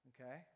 Okay